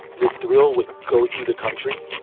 the thrill would go through the country.